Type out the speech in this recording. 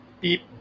beep